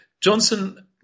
Johnson